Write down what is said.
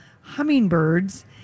hummingbirds